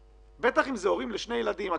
בטח אם מדובר בהורים לשני ילדים.